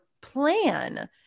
plan